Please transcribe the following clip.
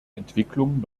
entwicklung